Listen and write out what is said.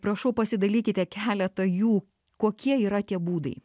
prašau pasidalykite keleta jų kokie yra tie būdai